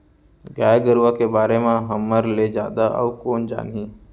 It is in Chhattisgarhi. गाय गरूवा के बारे म हमर ले जादा अउ कोन जानही